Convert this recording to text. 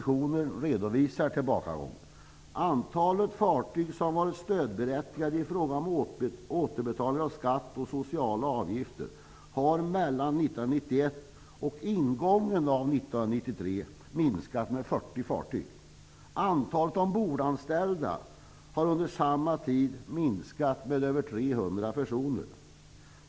I Antalet fartyg som har varit stödberättigade i fråga om återbetalning av skatt och sociala avgifter har mellan 1991 och ingången av 1993 minskat med 40 fartyg. Antalet ombordanställda har under samma tid minskat med över 300 personer.